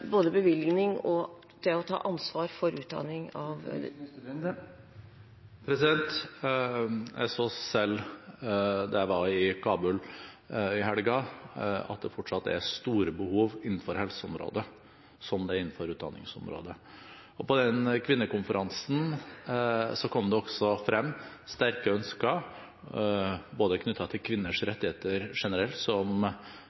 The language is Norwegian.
og ta ansvar for utdanning av jordmødre. Jeg så selv da jeg var i Kabul i helgen, at det fortsatt er store behov innenfor helseområdet, som det er innenfor utdanningsområdet. På den kvinnekonferansen kom det også frem sterke ønsker knyttet til kvinners